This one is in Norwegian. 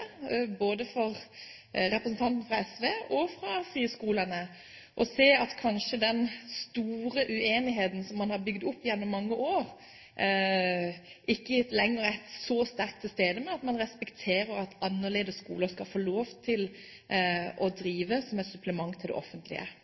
både for representanten fra SV og for friskolene for å se at den store uenigheten som man har bygd opp gjennom mange år, ikke lenger er så sterkt til stede, og at man respekterer at annerledes skoler skal få lov til å drive som et supplement til det offentlige.